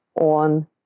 on